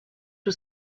was